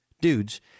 dudes